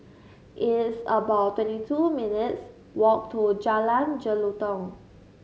it's about twenty two minutes' walk to Jalan Jelutong